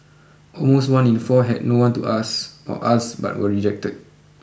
almost one in four had no one to ask or ask but were rejected